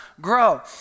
grow